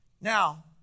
Now